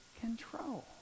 control